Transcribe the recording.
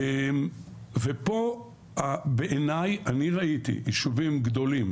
ופה בעיניי אני ראיתי יישובים גדולים